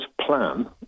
plan